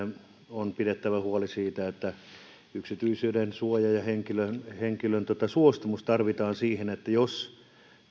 on pidettävä huoli siitä että on yksityisyydensuoja ja henkilön henkilön suostumus tarvitaan siihen jos